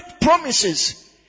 promises